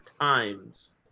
times